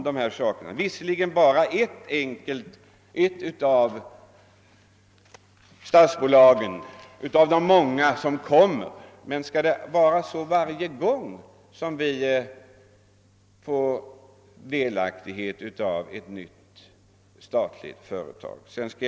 Det rör sig visserligen bara om ett av de många statsbolag som kommer, men skall det vara så här varje gång information lämnas om ett nytt statligt företag? Herr talman!